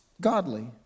godly